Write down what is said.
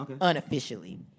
unofficially